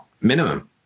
minimum